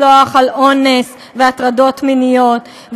אפשר לסלוח על אונס והטרדות מיניות.